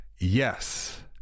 yes